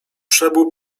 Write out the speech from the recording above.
przebył